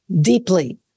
deeply